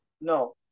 No